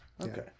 Okay